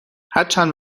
هرچند